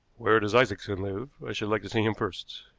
where does isaacson live? i should like to see him first.